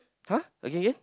!huh! again again